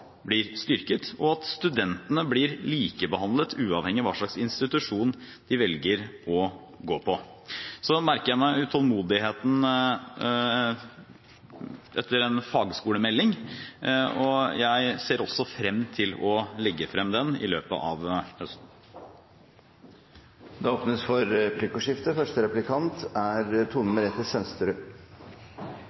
blir styrket, og at studentene blir likebehandlet uavhengig av hva slags institusjon de velger å gå på. Så merker jeg meg utålmodigheten etter en fagskolemelding, og jeg ser også frem til å legge frem den i løpet av høsten. Det blir replikkordskifte.